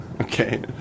Okay